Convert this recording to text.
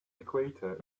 equator